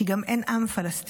כי גם אין עם פלסטיני.